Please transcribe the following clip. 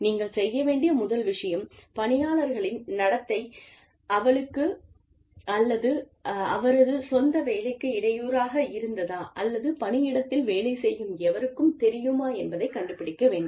நீங்கள் செய்ய வேண்டிய முதல் விஷயம் பணியாளர் களின் நடத்தை அவளுக்கு அல்லது அவரது சொந்த வேலைக்கு இடையூறாக இருந்ததா அல்லது பணியிடத்தில் வேலை செய்யும் எவருக்கும் தெரியுமா என்பதைக் கண்டுபிடிக்க வேண்டும்